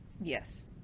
Yes